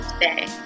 today